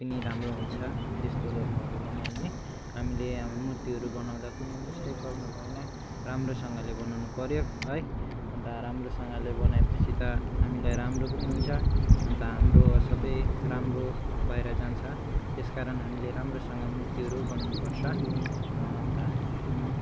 पनि राम्रो हुन्छ त्यस्तो डोलमाहरू बनायौँ भने हामीले मूर्तिहरू बनाउँदा पनि मिस्टेक गर्नुभएन राम्रोसँगले बनाउनुपर्यो है अन्त राम्रोसँगले बनाएपछि त हामीलाई राम्रो पनि हुन्छ अन्त हाम्रो असाध्यै राम्रो भएर जान्छ त्यस कारण हामीले राम्रोसँग मूर्तिहरू बनाउनुपर्छ अन्त